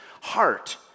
heart